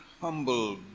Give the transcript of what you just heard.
humble